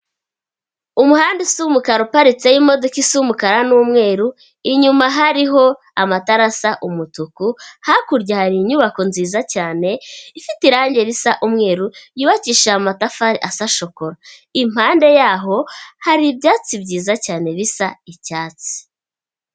Umuhanda usa umukara uparitseho imodoka isa umukara n'umweru, inyuma hariho amatara asa umutuku, hakurya hari inyubako nziza cyane, ifite irangi risa umweru y'ubakishije amatafari asa shokora, impande yaho hari ibyatsi byiza cyane bisa icyatsi.